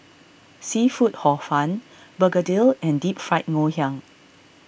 Seafood Hor Fun Begedil and Deep Fried Ngoh Hiang